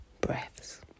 breaths